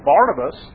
Barnabas